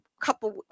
couple